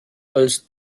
als